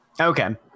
Okay